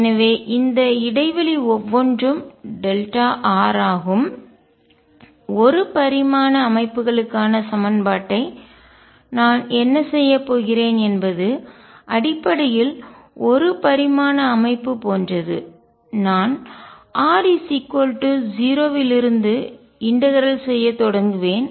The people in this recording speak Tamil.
எனவே இந்த இடைவெளி ஒவ்வொன்றும் r ஆகும் ஒரு பரிமாண அமைப்புகளுக்கான சமன்பாட்டை நான் என்ன செய்ய போகிறேன் என்பது அடிப்படையில் ஒரு பரிமாண அமைப்பு போன்றது நான் r 0 இலிருந்து இன்டகரல்ஒருங்கிணைக்க செய்ய தொடங்குவேன்